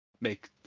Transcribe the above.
make